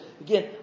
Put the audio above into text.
again